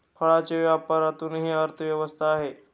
फळांच्या व्यापारातूनही अर्थव्यवस्था आहे